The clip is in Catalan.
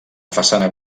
façana